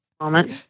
moment